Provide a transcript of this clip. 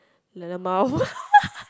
lmao